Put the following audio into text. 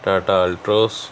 Tata Altroz